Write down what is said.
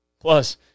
Plus